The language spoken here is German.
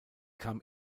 kam